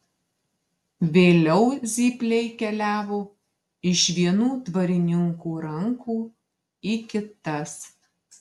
vėliau zypliai keliavo iš vienų dvarininkų rankų į kitas